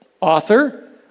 author